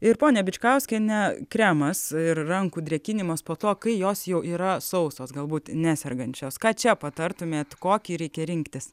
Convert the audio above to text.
ir ponia bičkauskiene kremas ir rankų drėkinimas po to kai jos jau yra sausos galbūt nesergančios ką čia patartumėt kokį reikia rinktis